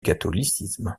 catholicisme